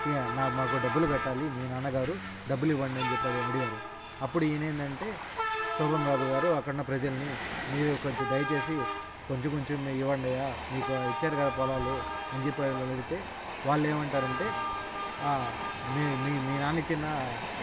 ఇ నా మాకు డబ్బులు కట్టాలి మీ నాన్నగారు డబ్బులు ఇవ్వండి అని చెప్పి అడిగారు అప్పుడు ఈనేందంటే శోభన్ బాబు గారు అక్కడన్న ప్రజల్ని మీరు కొంచెం దయచేసి కొంచెం కొంచెం ఇవండయ్యా మీకు ఇచ్చారు కదా పొలాలు అని చెప్పి వాళ్ళు అడిగితే వాళ్ళేమంటారంటే మీ మీ మీ నాన్న ఇచ్చినా